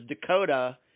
Dakota